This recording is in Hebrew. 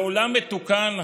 בעולם מתוקן,